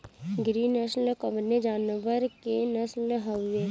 गिरी नश्ल कवने जानवर के नस्ल हयुवे?